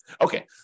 Okay